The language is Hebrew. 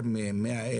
מ-100,